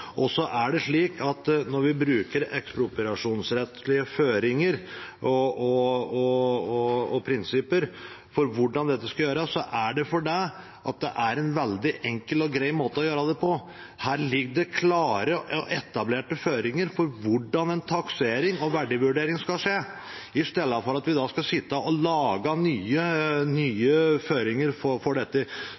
Når vi bruker ekspropriasjonsrettslige føringer og prinsipper for hvordan dette skal gjøres, er det fordi det er en veldig enkel og grei måte å gjøre det på. Her ligger det klare og etablerte føringer for hvordan en taksering og verdivurdering skal skje, istedenfor at vi skal sitte og lage nye føringer for dette. Grunnen til at vi har gjort det, er at det er enkelt, og at det ligger klare føringer for det. Så sa jeg at jeg håpet dette